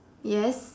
yes